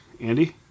Andy